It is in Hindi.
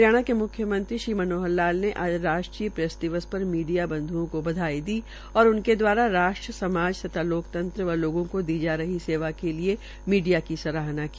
हरियाणा के मुख्यमंत्री श्री मनोहर लाल ने आज राष्ट्रीय प्रेस दिवस पर मीडिया बंध्ओं को बधाई दी और उनके द्वारा राष्ट्र समाज तथा लोकतंत्र व लोगों को दी जा रही सेवा के लिये मीडिया की सराहना की